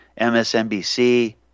MSNBC